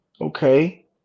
okay